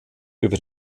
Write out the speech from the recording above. über